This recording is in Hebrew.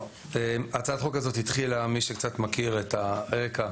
למי שמכיר את הרקע,